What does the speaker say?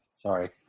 Sorry